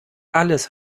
alles